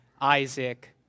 Isaac